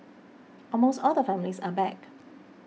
almost all the families are back